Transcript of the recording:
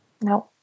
No